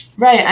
Right